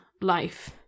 life